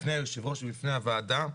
בפני היושב ראש ובפני הוועדה,